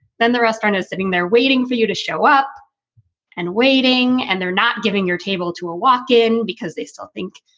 then the restaurant is sitting there waiting for you to show up and waiting and they're not giving your table to a walk in because they still think,